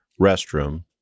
restroom